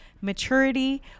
maturity